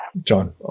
John